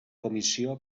comissió